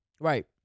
Right